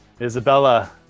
Isabella